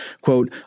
quote